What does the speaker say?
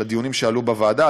בדיונים שעלו בוועדה,